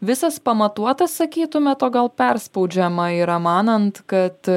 visas pamatuotas sakytumėt o gal perspaudžiama yra manant kad